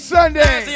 Sunday